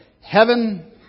Heaven